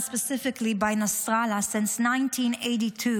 and specifically by Nassrallah since 1992,